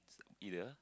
either